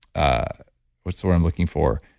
ah what's the word i'm looking for.